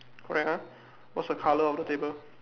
correct ah what's the colour of the table